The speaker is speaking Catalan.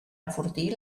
enfortir